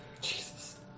Jesus